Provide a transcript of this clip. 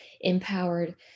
empowered